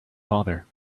father